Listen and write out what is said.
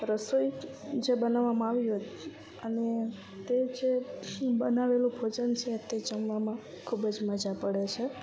રસોઈ જે બનાવામાં આવી હોય અને તે જે બનાવેલું ભોજન છે તે જમવામાં ખૂબ જ મજા પડે છે